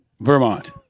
Vermont